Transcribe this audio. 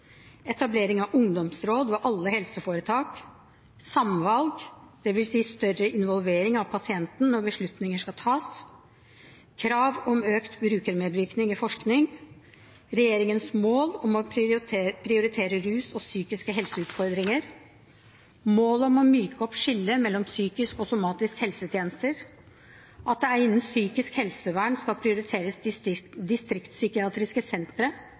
etablering av ungdomsråd ved alle helseforetak samvalg, det vil si større involvering av pasienten når beslutninger skal tas krav om økt brukermedvirkning i forskning regjeringens mål om å prioritere rus- og psykisk helse-utfordringer målet om å myke opp skillet mellom psykiske og somatiske helsetjenester at det innen psykisk helsevern skal prioriteres distriktpsykiatriske sentre